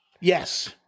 Yes